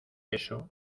eso